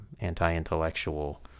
anti-intellectual